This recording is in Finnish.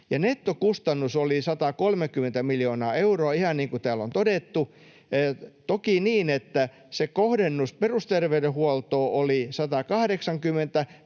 Nettokustannus oli 130 miljoonaa euroa, ihan niin kuin täällä on todettu — toki niin, että se kohdennus perusterveydenhuoltoon oli 180,